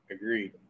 Agreed